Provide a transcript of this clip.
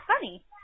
funny